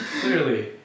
clearly